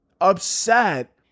upset